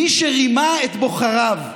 מי שרימה את בוחריו,